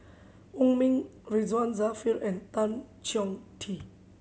Wong Ming Ridzwan Dzafir and Tan Chong Tee